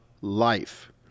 life